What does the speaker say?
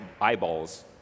eyeballs